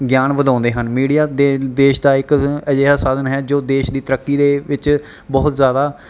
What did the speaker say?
ਗਿਆਨ ਵਧਾਉਂਦੇ ਹਨ ਮੀਡੀਆ ਦੇ ਦੇਸ਼ ਦਾ ਇੱਕ ਅਜਿਹਾ ਸਾਧਨ ਹੈ ਜੋ ਦੇਸ਼ ਦੀ ਤਰੱਕੀ ਦੇ ਵਿੱਚ ਬਹੁਤ ਜ਼ਿਆਦਾ